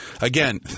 again